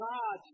God